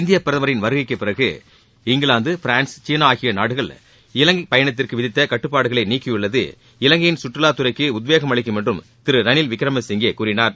இந்திய பிரதமரின் வருகைக்குப் பிறகு இங்கிலாந்து பிரான்ஸ் சீனா ஆகிய நாடுகள் இவங்கை பயணத்திற்கு விதித்த கட்டுப்பாடுகளை நீக்கியுள்ளது இவங்கையின் கற்றுவாத் துறைக்கு உத்வேகம் அளிக்கும் என்றும் திரு ரணில் விக்ரம சிங்கே கூறினார்